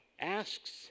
asks